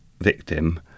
victim